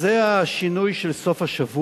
וזה השינוי של סוף השבוע,